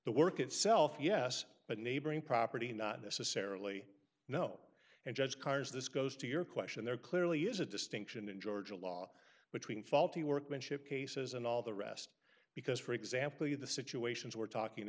the work itself yes but neighboring property not necessarily no and judge cars this goes to your question there clearly is a distinction in georgia law between faulty workmanship cases and all the rest because for example you the situations we're talking